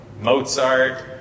Mozart